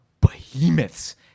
behemoths